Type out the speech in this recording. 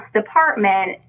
department